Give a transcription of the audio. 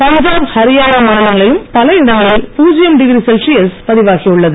பஞ்சாப் ஹரியானா மாநிலங்களிலும் பல இடங்களில் பூஜ்யம் டிகிரி செல்சியஸ் பதிவாகியுள்ளது